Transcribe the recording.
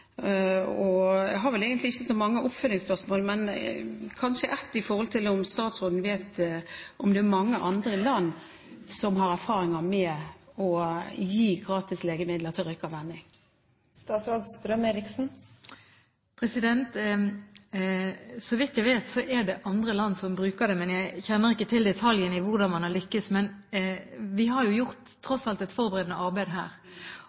og har vel egentlig ikke så mange oppfølgingsspørsmål, men kanskje ett: Vet statsråden om det er mange andre land som har erfaringer med å gi gratis legemidler til røykeavvenning? Så vidt jeg vet, er det andre land som gjør det, men jeg kjenner ikke til detaljene om hvordan man har lyktes. Vi har tross alt gjort et forberedende arbeid her